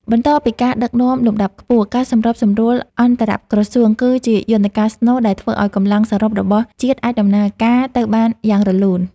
បន្តពីការដឹកនាំលំដាប់ខ្ពស់ ការសម្របសម្រួលអន្តរក្រសួងគឺជាយន្តការស្នូលដែលធ្វើឱ្យកម្លាំងសរុបរបស់ជាតិអាចដំណើរការទៅបានយ៉ាងរលូន។